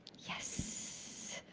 yes.